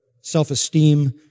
self-esteem